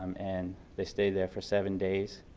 um and they stayed there for seven days